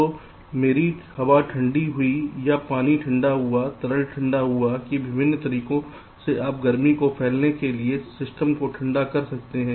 तो मेरी हवा ठंडी हुई या पानी ठंडा हुआ तरल ठंडा हुआ कि विभिन्न तरीकों से आप गर्मी को फैलाने के लिए सिस्टम को ठंडा कर सकते हैं